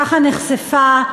ככה נחשפה,